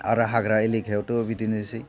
आरो हाग्रा एलेखायावथ' बिदिनोसै